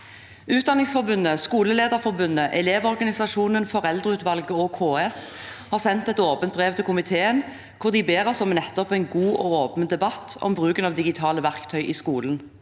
Utdanningsforbundet, Skolelederforbundet, Elevorganisasjonen, Foreldreutvalget og KS har sendt et åpent brev til komiteen hvor de ber oss om en god og åpen debatt om bruken av digitale verktøy i skolen.